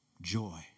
Joy